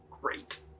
Great